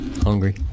Hungry